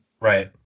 Right